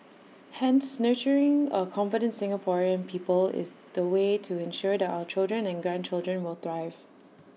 hence nurturing A confident Singaporean people is the way to ensure that our children and grandchildren will thrive